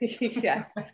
Yes